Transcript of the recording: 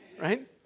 Right